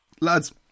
lads